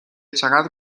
چقدر